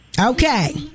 Okay